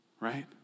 Right